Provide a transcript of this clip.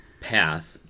path